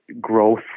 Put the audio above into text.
growth